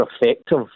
effective